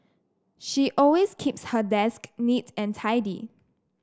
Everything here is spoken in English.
she always keeps her desk neat and tidy